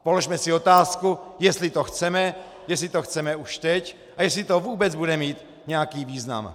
Položme si otázku, jestli to chceme, jestli to chceme už teď a jestli to vůbec bude mít nějaký význam.